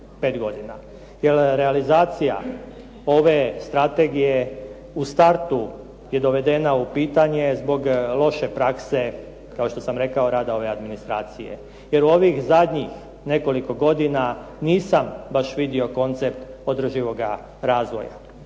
jer realizacija ove strategije u startu je dovedena u pitanje zbog loše prakse kao što sam rekao rada ove administracije. Jer u ovih zadnjih nekoliko godina nisam baš vidio koncept održivoga razvoja.